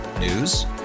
News